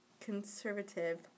conservative